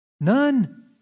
None